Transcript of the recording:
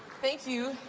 thank you,